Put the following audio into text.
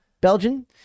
Belgian